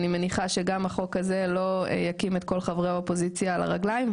אני מניחה שגם החוק הזה לא יקים את כל חברי האופוזיציה על הרגליים,